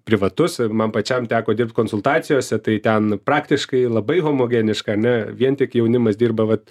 privatus ir man pačiam teko dirbt konsultacijose tai ten praktiškai labai homogeniška ar ne vien tik jaunimas dirba vat